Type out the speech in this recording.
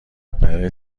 برای